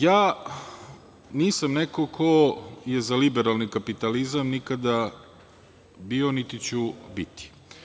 Ja nisam neko ko je za liberalni kapitalizam, nikada bio, niti ću biti.